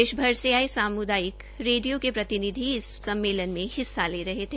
देश भर से आये सामुदायिक रेडियो के प्रतिनिधि इस सम्मेलन में हिस्सा ले रहे है